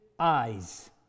Eyes